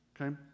Okay